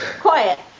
Quiet